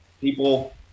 people